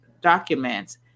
documents